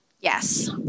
Yes